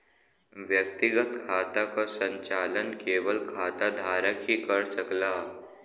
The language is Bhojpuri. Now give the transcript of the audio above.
व्यक्तिगत खाता क संचालन केवल खाता धारक ही कर सकला